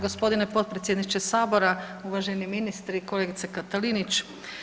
Gospodine potpredsjedniče Sabora, uvaženi ministri, kolegice Katalinić.